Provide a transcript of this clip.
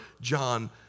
John